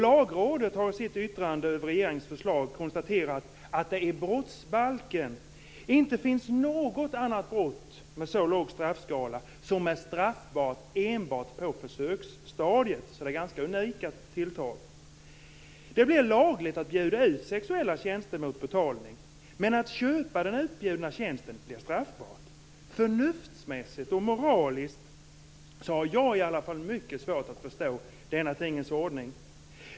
Lagrådet har i sitt yttrande över regeringens förslag konstaterat att det i brottsbalken inte finns något annat brott med så låg straffskala som är straffbart enbart på försöksstadiet, så det är ganska unikt. Det blir lagligt att bjuda ut sexuella tjänster mot betalning, men att köpa den utbjudna tjänsten blir straffbart. Förnuftsmässigt och moraliskt har i alla fall jag mycket svårt att förstå denna tingens ordning.